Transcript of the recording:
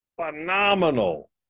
phenomenal